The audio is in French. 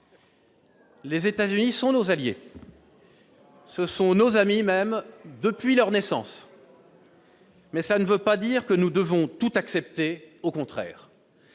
Les États-Unis sont nos alliés, nos amis même, depuis leur naissance. Mais cela ne veut pas dire que nous devons tout accepter, au contraire